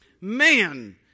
man